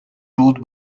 ruled